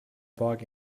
bug